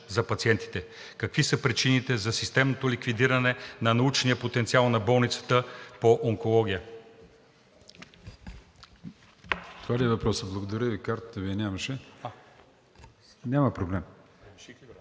за пациентите. Какви са причините за системното ликвидиране на научния потенциал на болницата по онкология?